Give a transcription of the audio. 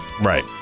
Right